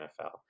NFL